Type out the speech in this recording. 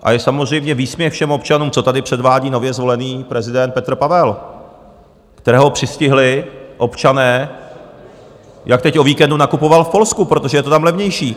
A je samozřejmě výsměch všem občanům, co tady předvádí nově zvolený prezident Petr Pavel, kterého přistihli občané, jak teď o víkendu nakupoval v Polsku, protože je to tam levnější.